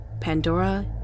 Pandora